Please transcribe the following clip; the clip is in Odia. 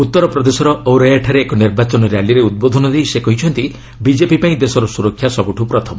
ଉତ୍ତରପ୍ରଦେଶର ଔରୟାଠାରେ ଏକ ନିର୍ବାଚନ ର୍ୟାଲିରେ ଉଦ୍ବୋଧନ ଦେଇ ସେ କହିଛନ୍ତି ବିଜେପି ପାଇଁ ଦେଶର ସୁରକ୍ଷା ସବ୍ରୂଠ ପ୍ରଥମ